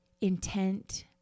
intent